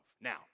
Now